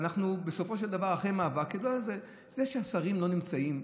ואנחנו בסופו של דבר אחרי מאבק זה שהשרים לא נמצאים,